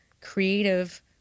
creative